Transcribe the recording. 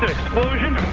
explosion.